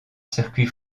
circuit